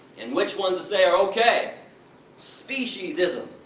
and which ones to say are okay speciesism.